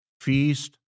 Feast